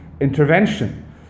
intervention